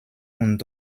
und